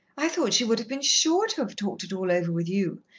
i thought she would have been sure to have talked it all over with you.